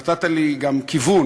נתת לי גם כיוון,